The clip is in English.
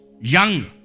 Young